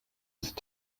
ist